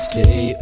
Stay